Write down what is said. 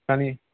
कनी